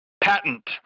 patent